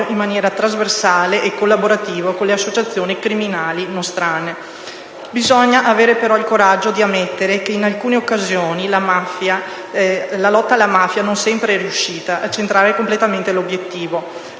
in maniera trasversale e collaborativa con le associazioni criminali nostrane. Bisogna avere però il coraggio di ammettere che, in alcune occasioni, la lotta alla mafia non è riuscita a centrare completamente l'obiettivo.